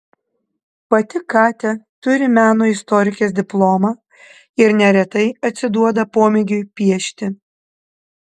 pati katia turi meno istorikės diplomą ir neretai atsiduoda pomėgiui piešti